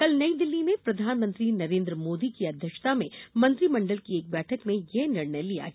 कल नई दिल्ली में प्रधानमंत्री नरेंद्र मोदी की अध्यक्षता में मंत्रिमंडल की एक बैठक में यह निर्णय लिया गया